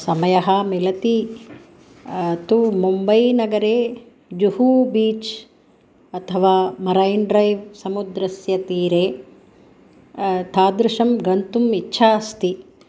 समयः मिलति तु मुम्बय् नगरे जुहू बीच् अथवा मराय्न् ड्रैव् समुद्रस्य तीरे तादृशं गन्तुम् इच्छा अस्ति